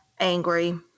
angry